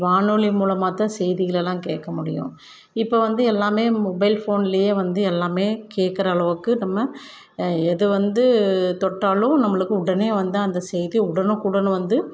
வானொலி மூலமாக தான் செய்திகளெல்லாம் கேட்க முடியும் இப்போ வந்து எல்லாமே மொபைல் ஃபோனில் வந்து எல்லாமே கேட்குற அளவுக்கு நம்ம எது வந்து தொட்டாலும் நம்மளுக்கு உடனே வந்து அந்த செய்தி உடனுக்குடன் வந்து